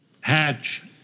hatch